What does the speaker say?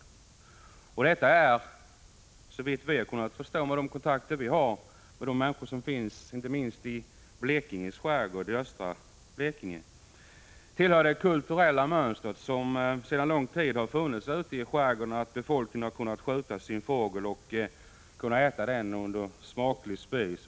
Förslaget överensstämmer, såvitt vi kunnat förstå efter kontakter inte minst med människorna i skärgården utanför östra Blekinge, med det kulturella mönster som sedan lång tid funnits ute i skärgården och som innebär att befolkningen kunnat skjuta fågel och kunnat äta den som smaklig spis.